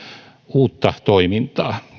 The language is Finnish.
uutta toimintaa